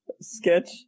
sketch